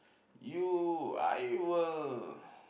you I will